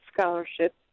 scholarship